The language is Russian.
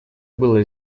было